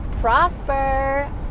prosper